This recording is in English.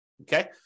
okay